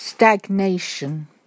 Stagnation